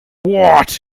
what